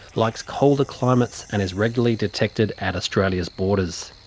likes colder climates and is regularly detected at australia's borders.